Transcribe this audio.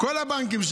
כל הבנקים.